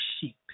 sheep